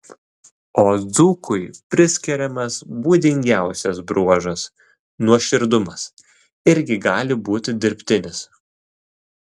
o dzūkui priskiriamas būdingiausias bruožas nuoširdumas irgi gali būti dirbtinis